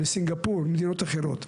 בסינגפור, מדינות אחרות.